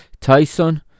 Tyson